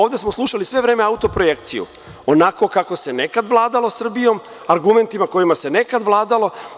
Ovde smo slušali sve vreme auto projekciju, onako kako se nekad vladalo Srbijom, argumentima kojima se nekada vladalo.